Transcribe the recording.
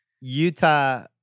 Utah